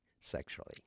sexually